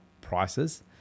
prices